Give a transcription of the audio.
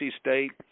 State